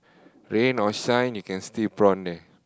rain or shine you can still prawn there